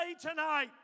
tonight